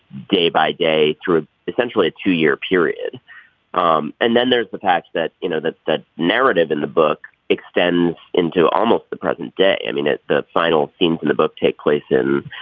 day by day through ah essentially a two year period um and then there's the fact that you know that that narrative in the book extends into almost the present day. i mean the final scene in the book take place in